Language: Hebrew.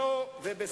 בעבודה ציבורית,